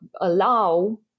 allow